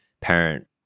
parent